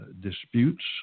disputes